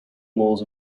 mills